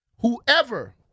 Whoever